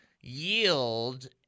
yield